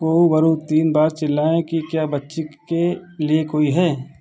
कोउबरू तीन बार चिल्लाये कि क्या बच्ची के लिए कोई है